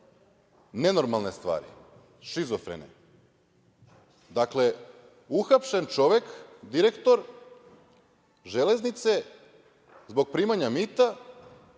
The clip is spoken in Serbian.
nenormalne stvari, šizofrene. Dakle, uhapšen je direktor „Železnice“ zbog primanja mita.